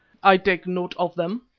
i take note of them,